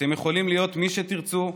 אתם יכולים להיות מי שתרצו,